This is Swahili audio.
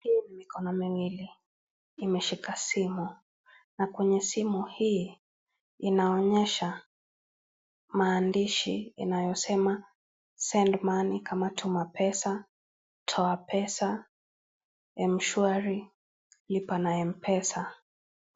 Hii ni mikono miwili imeshika simu na kwenye simu hii, inaonyesha maandishi inayosema, send money ama tuma pesa, toa pesa, mshwari ,lipa na mpesa .